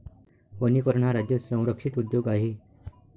वनीकरण हा राज्य संरक्षित उद्योग आहे